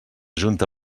junta